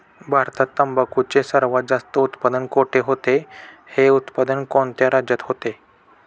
भारतात तंबाखूचे सर्वात जास्त उत्पादन कोठे होते? हे उत्पादन कोणत्या राज्यात होते?